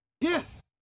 Yes